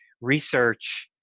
research